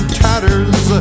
tatters